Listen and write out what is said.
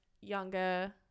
younger